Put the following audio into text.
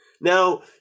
Now